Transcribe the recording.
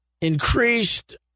increased